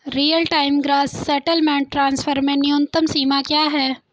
Real time gross settlement transfer में न्यूनतम सीमा क्या है?